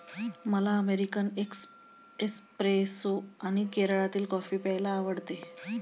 मला American espresso आणि केरळातील कॉफी प्यायला आवडते